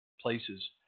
places